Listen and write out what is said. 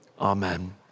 amen